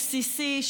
בסיסי,